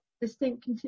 distinct